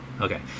Okay